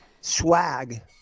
swag